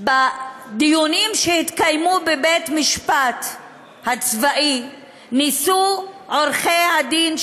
בדיונים שהתקיימו בבית המשפט הצבאי ניסו עורכי הדין,